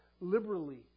liberally